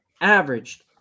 averaged